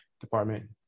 department